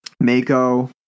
Mako